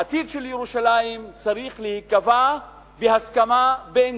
העתיד של ירושלים צריך להיקבע בהסכמה בין